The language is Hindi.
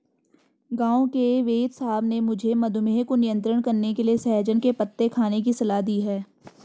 गांव के वेदसाहब ने मुझे मधुमेह को नियंत्रण करने के लिए सहजन के पत्ते खाने की सलाह दी है